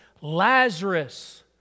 Lazarus